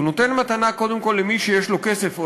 הוא נותן מתנה קודם כול למי שיש לו כסף,